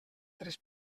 tres